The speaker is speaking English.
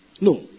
no